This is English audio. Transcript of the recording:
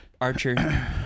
Archer